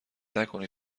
نکنید